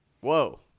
Whoa